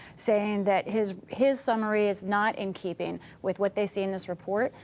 saying that his his summary is not in keeping with what they see in this report.